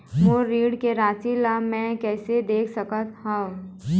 मोर ऋण के राशि ला म कैसे देख सकत हव?